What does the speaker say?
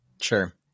sure